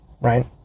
right